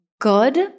good